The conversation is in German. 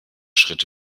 schritt